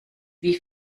wie